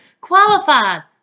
qualified